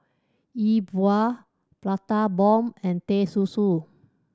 E Bua Prata Bomb and Teh Susu